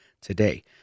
today